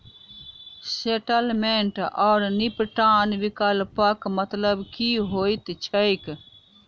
Settlement आओर निपटान विकल्पक मतलब की होइत छैक?